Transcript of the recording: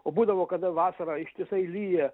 o būdavo kada vasarą ištisai lyja